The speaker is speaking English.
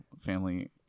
family